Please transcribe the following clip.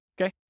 Okay